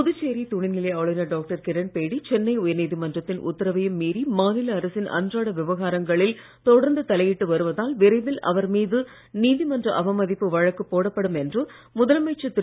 புதுச்சேரி துணைநிலை ஆளுநர் டாக்டர் கிரண் பேடி சென்னை உயர்நீதிமன்றத்தின் உத்தரவையும் மீறி மாநில அரசின் அன்றாட விவகாரங்களில் தொடர்ந்து தலையிட்டு வருவதால் விரைவில் அவர் மீது நீதிமன்ற அவமதிப்பு வழக்கு போடப்படும் என்று முதலமைச்சர் திரு